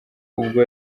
ubwo